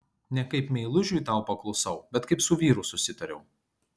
ne kaip meilužiui tau paklusau bet kaip su vyru susitariau